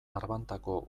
arbantako